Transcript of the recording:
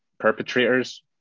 perpetrators